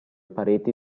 pareti